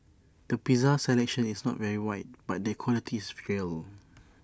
the pizza selection is not very wide but the quality is real